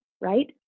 right